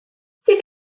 sie